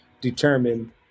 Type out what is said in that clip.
determine